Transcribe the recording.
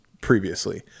previously